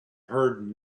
heard